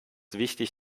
wichtig